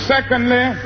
Secondly